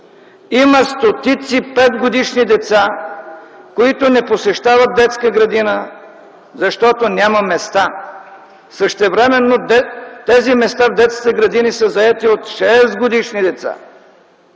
има стотици 5-годишни деца, които не посещават детска градина, защото няма места. Същевременно местата в детските градини са заети от 6-годишни деца.